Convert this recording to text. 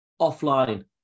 offline